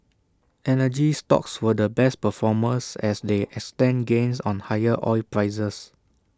energy stocks were the best performers as they extended gains on higher oil prices